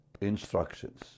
instructions